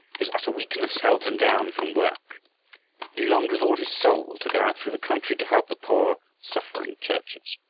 his utter weakness held him down from work, and he longed with all his soul to go out through the country to help the poor, suffering churches.